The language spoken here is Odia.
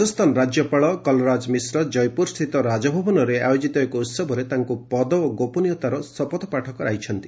ରାଜସ୍ଥାନ ରାଜ୍ୟପାଳ କଲରାଜ ମିଶ୍ର ଜୟପୁର ସ୍ଥିତ ରାଜଭବନରେ ଆୟୋଜିତ ଏକ ଉହବରେ ତାଙ୍କୁ ପଦ ଓ ଗୋପନୀୟତାର ଶପଥପାଠ କରାଇଛନ୍ତି